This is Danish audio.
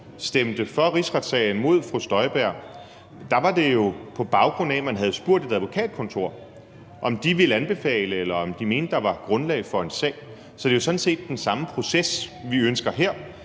stemte for rigsretssagen mod fru Inger Støjberg, var det jo på baggrund af, at man havde spurgt et advokatkontor, om de ville anbefale eller de mente, at der var grundlag for en sag. Så det er jo sådan set den samme proces, som vi ønsker her,